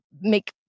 make